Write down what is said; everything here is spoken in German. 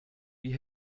wie